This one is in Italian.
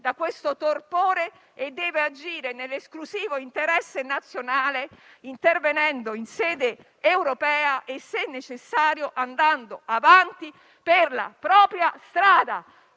dal torpore e agire nell'esclusivo interesse nazionale, intervenendo in sede europea e, se necessario, andando avanti per la propria strada.